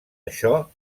això